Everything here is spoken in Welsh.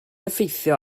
effeithio